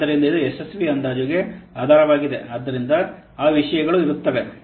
ಆದ್ದರಿಂದ ಇದು ಯಶಸ್ವಿ ಅಂದಾಜುಗೆ ಆಧಾರವಾಗಿದೆ ಆದ್ದರಿಂದ ಆ ವಿಷಯಗಳು ಇರುತ್ತವೆ